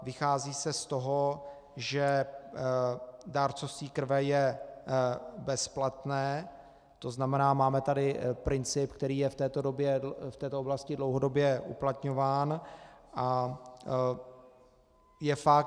Vychází se z toho, že dárcovství krve je bezplatné, to znamená, máme tady princip, který je v této oblasti dlouhodobě uplatňován a je fakt.